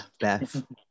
Beth